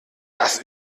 das